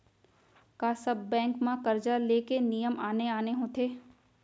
का सब बैंक म करजा ले के नियम आने आने होथे?